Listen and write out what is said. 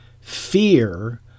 fear